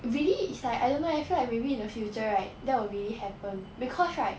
really is like I don't know I feel like maybe in the future right that were really happen because right